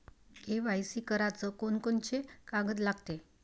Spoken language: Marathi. के.वाय.सी कराच कोनचे कोनचे कागद लागते?